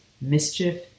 Mischief